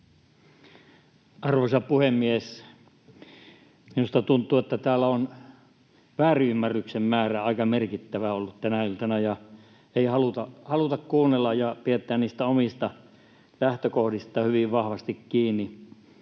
Arvoisa puhemies! Minusta tuntuu, että täällä on väärinymmärryksen määrä ollut aika merkittävä tänä iltana eikä haluta kuunnella ja pidetään niistä omista lähtökohdista hyvin vahvasti kiinni.